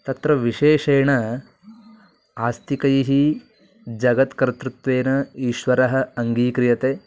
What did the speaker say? तत्र विशेषेण आस्तिकैः जगत्कर्तृत्वेन ईश्वरः अङ्गीक्रीयते